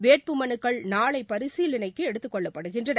வேட்புமனுக்கள் நாளை பரிசீலனைக்கு எடுத்துக்கெள்ளப்படுகின்றன